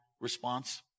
response